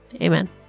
Amen